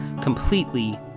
completely